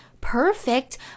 perfect